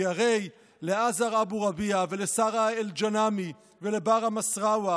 כי הרי לאזהאר אבו רביעה ולסארה אל-ג'נאמי ולבראאה מסארווה